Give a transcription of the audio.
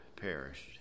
perished